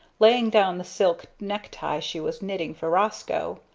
laying down the silk necktie she was knitting for roscoe.